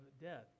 death